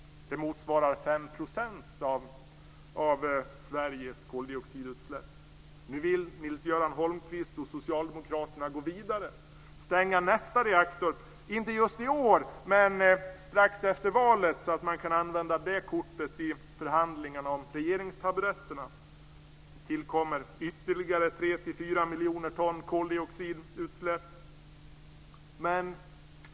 Det motsvarar 5 % av Nu vill Nils-Göran Holmqvist och Socialdemokraterna gå vidare och stänga nästa reaktor. Det ska inte ske just i år, men strax efter valet så att man kan använda det kortet i förhandlingarna om regeringstaburetterna. Då tillkommer ytterligare 3-4 miljoner ton koldioxidutsläpp.